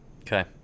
Okay